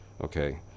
Okay